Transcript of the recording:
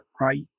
right